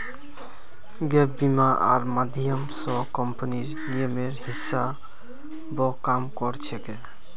gap बीमा र माध्यम स कम्पनीर नियमेर हिसा ब काम कर छेक